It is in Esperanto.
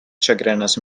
ĉagrenas